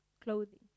clothing